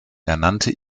ernannte